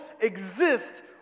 exist